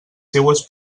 seues